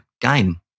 game